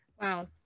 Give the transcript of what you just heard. wow